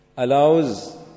allows